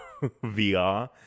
VR